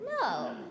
No